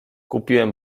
kupiłem